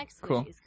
Cool